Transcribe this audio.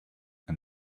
and